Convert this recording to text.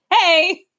hey